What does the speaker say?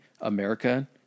America